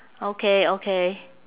okay okay